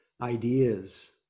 ideas